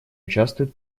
участвует